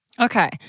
Okay